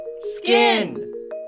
Skin